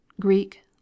greek